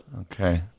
Okay